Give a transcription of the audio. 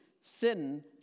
Sin